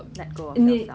ya I have been